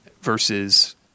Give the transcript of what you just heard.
versus